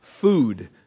food